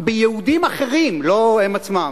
ביהודים אחרים, לא הם עצמם,